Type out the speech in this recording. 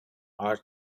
are